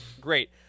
Great